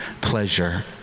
pleasure